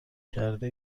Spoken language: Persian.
کرده